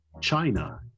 China